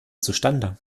zustande